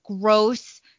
gross